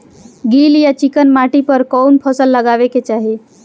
गील या चिकन माटी पर कउन फसल लगावे के चाही?